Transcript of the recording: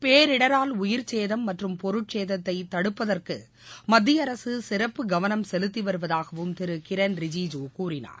பேரிடரால் உயிர்ச்சேதம் மற்றம் பொருட்சேதத்தை தடுப்பதற்கு மத்திய அரசு சிறப்பு கவனம் செலுத்தி வருவதாகவும் திரு கிரண் ரிஜிஜு கூறினார்